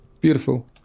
Beautiful